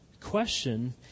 question